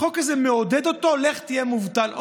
החוק הזה מעודד אותו: לך תהיה מובטל,